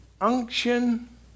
unction